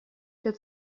der